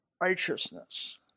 righteousness